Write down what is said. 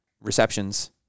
receptions